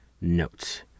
notes